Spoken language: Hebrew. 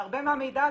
הרבה מהמידע הזה,